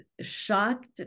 shocked